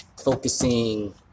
focusing